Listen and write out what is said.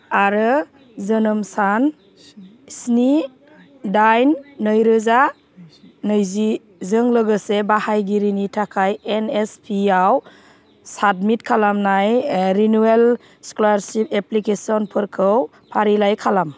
आरो जोनोम सान स्नि दाइन नैरोजा नैजिजों लोगोसे बाहायगिरिनि थाखाय एन एस पि आव साबमिट खालामनाय रिनिउवेल स्क'लारसिप एप्लिकेसनफोरखौ फारिलाइ खालाम